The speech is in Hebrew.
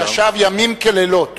הוא ישב ימים כלילות